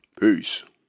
Peace